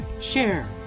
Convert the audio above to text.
share